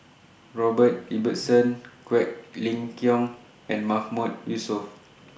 Robert Ibbetson Quek Ling Kiong and Mahmood Yusof